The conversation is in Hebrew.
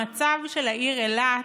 המצב של העיר אילת